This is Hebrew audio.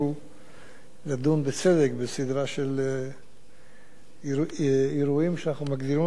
בסדרה של אירועים שאנחנו מגדירים אותם חד-משמעית אירועים פליליים,